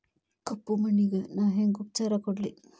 ಕಪ್ಪ ಮಣ್ಣಿಗ ನಾ ಹೆಂಗ್ ಉಪಚಾರ ಕೊಡ್ಲಿ?